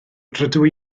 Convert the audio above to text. rydw